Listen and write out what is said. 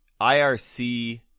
IRC